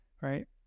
right